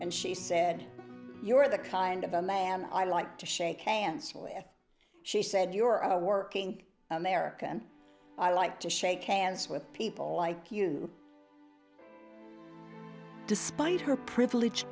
and she said you're the kind of a man i like to shake hands with she said you're a working american i like to shake hands with people like you despite her privileged